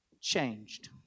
changed